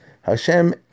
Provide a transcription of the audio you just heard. Hashem